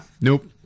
nope